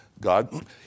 God